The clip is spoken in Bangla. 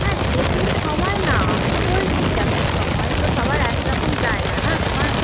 হ্যাঁ সে তুমি সময় নাও আমি তো বলছি দেখো সময় তো সবার একরকম যায় না না তোমার